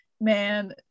man